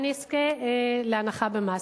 אני אזכה להנחה במס.